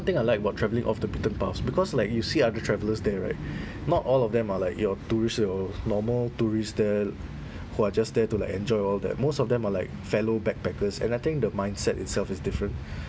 thing I like what travelling off the beaten path because like you see other travellers there right not all of them are like your tourist your normal tourist there who are just there to like enjoy all that most of them are like fellow backpackers and I think the mindset itself is different